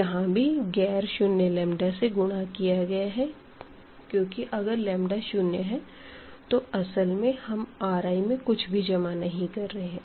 यहां भी गैर शुन्य लंबदा से गुणा किया गया है क्योंकि अगर लंबदा शुन्य है तो असल में हम Riमें कुछ भी जमा नहीं कर रहे हैं